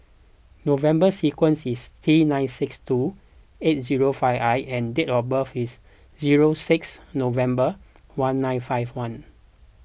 November sequence is T nine six two seven eight zero five I and date of birth is zero six November one nine five one